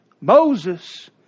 Moses